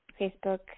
Facebook